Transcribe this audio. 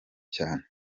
cyane